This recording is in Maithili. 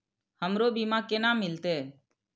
हमरो बीमा केना मिलते?